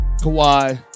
Kawhi